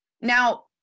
Now